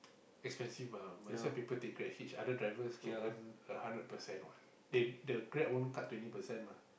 expensive mah might as well people take GrabHitch other drivers can earn hundred percent what they the Grab won't cut twenty percent mah